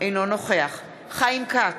אינו נוכח חיים כץ,